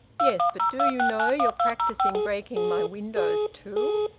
yes, but do you know you're practising breaking my windows too?